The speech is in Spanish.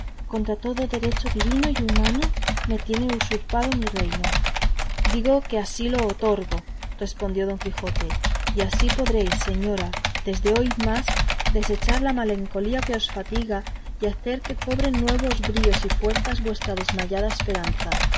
contra todo derecho divino y humano me tiene usurpado mi reino digo que así lo otorgo respondió don quijote y así podéis señora desde hoy más desechar la malenconía que os fatiga y hacer que cobre nuevos bríos y fuerzas vuestra desmayada esperanza